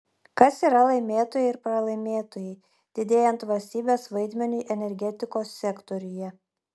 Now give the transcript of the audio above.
kas yra laimėtojai ir pralaimėtojai didėjant valstybės vaidmeniui energetikos sektoriuje